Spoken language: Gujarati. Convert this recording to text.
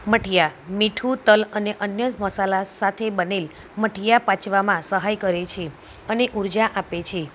મઠિયા મીઠું તલ અને અન્ય મસાલા સાથે બનેલ મઠિયા પચવામાં સહાય કરે છે અને ઊર્જા આપે છે